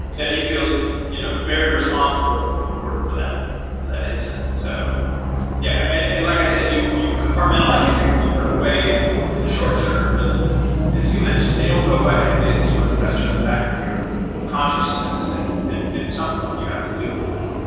that he feels yeah very responsible for for that incident. so yeah and like i said, you you compartmentalize these things and you put him away with the short term. but as you mentioned, they don't go away. they sort of fester in the back of your consciousness. and and at some point, you have to deal with them.